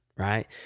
right